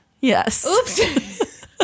Yes